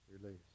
Release